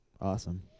awesome